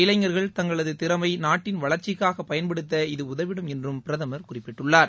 இளைஞர்கள் தங்களது திறமை நாட்டின் வளர்ச்சிக்காக பயன்படுத்த இது உதவிடும் என்றும் பிரதமர் குறிப்பிட்டுள்ளார்